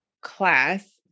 class